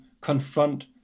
confront